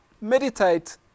meditate